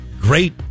Great